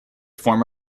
form